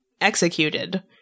executed